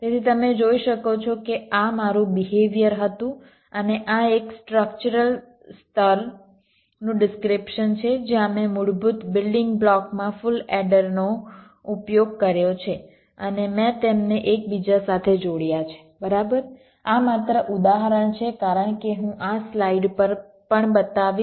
તેથી તમે જોઈ શકો છો કે આ મારું બિહેવિયર હતું અને આ એક સ્ટૃક્ચરલ સ્તરનું ડિસ્ક્રીપ્શન છે જ્યાં મેં મૂળભૂત બિલ્ડીંગ બ્લોકમાં ફુલ એડરનો ઉપયોગ કર્યો છે અને મેં તેમને એકબીજા સાથે જોડ્યા છે બરાબર આ માત્ર ઉદાહરણ છે કારણ કે હું આ સ્લાઇડ પર પણ બતાવીશ